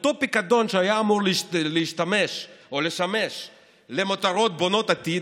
אותו פיקדון שהיה אמור לשמש למטרות בונות עתיד,